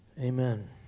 Amen